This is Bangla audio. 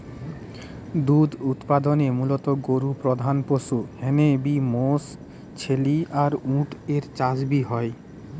দুধ উতপাদনে মুলত গরু প্রধান পশু হ্যানে বি মশ, ছেলি আর উট এর চাষ বি হয়